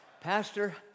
Pastor